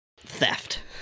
Theft